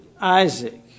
Isaac